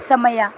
ಸಮಯ